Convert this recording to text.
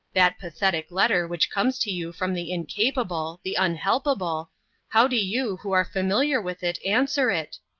that pathetic letter which comes to you from the incapable, the unhelpable how do you who are familiar with it answer it?